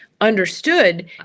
understood